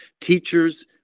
Teachers